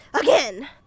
again